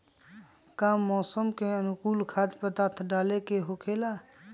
का मौसम के अनुकूल खाद्य पदार्थ डाले के होखेला?